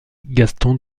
gaston